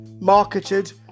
marketed